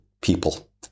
people